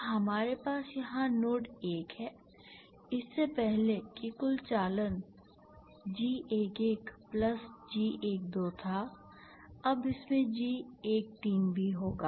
तो हमारे पास यहां नोड 1 है इससे पहले कि कुल चालन G11 प्लस G12 था अब इसमें G13 भी होगा